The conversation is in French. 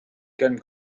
calme